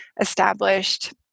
established